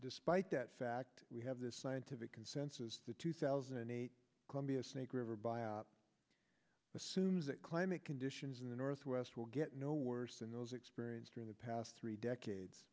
despite that fact we have this scientific consensus the two thousand and eight cumbia snake river by assumes that climate conditions in the northwest will get no worse than those experienced in the past three decades